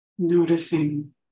Noticing